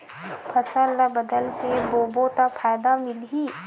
फसल ल बदल के बोबो त फ़ायदा मिलही?